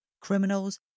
criminals